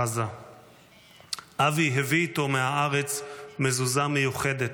אבי הביא איתו מהארץ מזוזה מיוחדת,